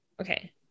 okay